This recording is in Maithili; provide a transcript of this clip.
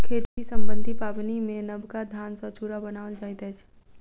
खेती सम्बन्धी पाबनिमे नबका धान सॅ चूड़ा बनाओल जाइत अछि